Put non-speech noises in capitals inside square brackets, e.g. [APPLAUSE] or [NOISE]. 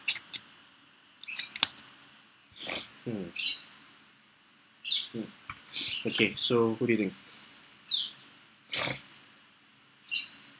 [NOISE] mm mm okay so who do you think [NOISE]